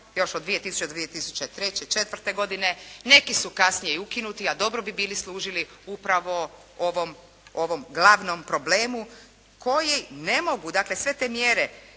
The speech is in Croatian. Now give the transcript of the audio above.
još od 2000., 2003., 2004. Neki su kasnije i ukinuti, a dobro bi bili služili upravo ovom glavnom problemu koji ne mogu, dakle sve te mjere